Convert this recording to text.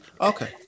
Okay